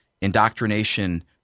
indoctrination